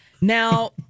Now